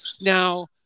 Now